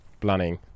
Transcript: planning